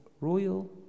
royal